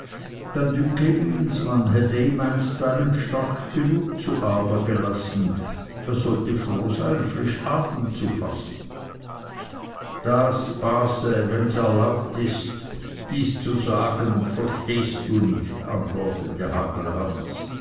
man hätte ihm einstweilen stark genug zu ader gelassen er sollte froh sein frisch atem zu fassen das base wenns erlaubt ist dies zu sagen verstehst du nicht antwortete